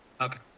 Okay